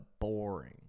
boring